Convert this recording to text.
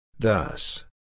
Thus